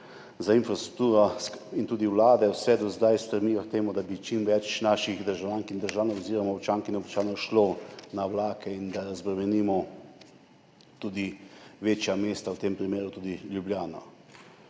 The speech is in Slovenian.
za infrastrukturo in tudi vse vlade do zdaj stremijo k temu, da bi čim več naših državljank in državljanov oziroma občank in občanov šlo na vlake in da razbremenimo tudi večja mesta, v tem primeru tudi Ljubljano.